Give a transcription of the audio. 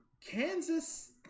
Kansas